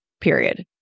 period